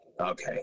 okay